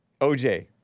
OJ